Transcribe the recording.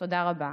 תודה רבה.